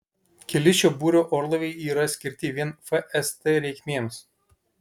keli šio būrio orlaiviai yra skirti vien fst reikmėms